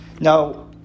Now